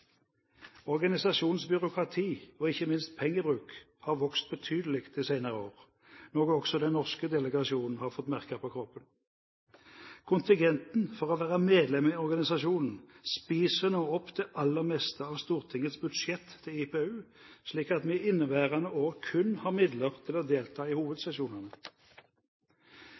Organisasjonens byråkrati og ikke minst pengebruk har vokst betydelig de senere år, noe også den norske delegasjonen har fått merke på kroppen. Kontingenten for å være medlem i organisasjonen spiser nå opp det aller meste av Stortingets budsjett til IPU, slik at vi i inneværende år kun har midler til å delta i hovedsesjonene.